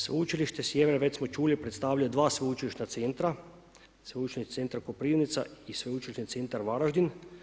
Sveučilište Sjever, već smo čuli, predstavlja 2 sveučilišna centra, Sveučilišni centar Koprivnica i Sveučilišni centar Varaždin.